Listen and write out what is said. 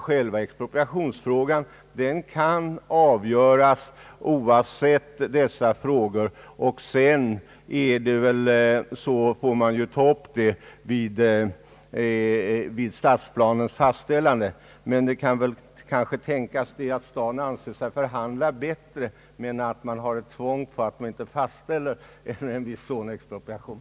Själva expropriationsärendet kan avgöras utan hänsynstagande till dessa frågor som man i stället får ta upp vid fastställande av stadsplanen. Det kanske kan tänkas att staten anser sig förhandla bättre om man har ett tvång på att man inte beviljar en viss zonexpropriation.